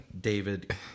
David